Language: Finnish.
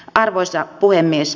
arvoisa puhemies